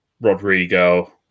Rodrigo